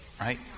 right